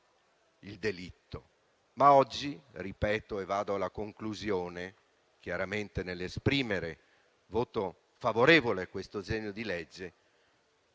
il delitto.